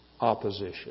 opposition